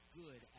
good